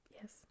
Yes